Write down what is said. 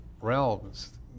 realms